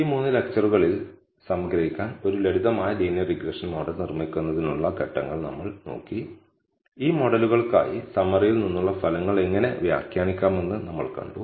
ഈ മൂന്ന് ലെക്ച്ചറുകളിൽ സംഗ്രഹിക്കാൻ ഒരു ലളിതമായ ലീനിയർ റിഗ്രഷൻ മോഡൽ നിർമ്മിക്കുന്നതിനുള്ള ഘട്ടങ്ങൾ നമ്മൾ നോക്കി ഈ മോഡലുകൾക്കായി സമ്മറിയിൽ നിന്നുള്ള ഫലങ്ങൾ എങ്ങനെ വ്യാഖ്യാനിക്കാമെന്ന് നമ്മൾ കണ്ടു